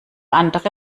andere